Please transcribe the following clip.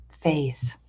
face